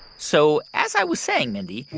so as i was saying, mindy,